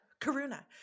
karuna